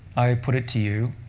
i put it to you,